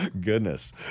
goodness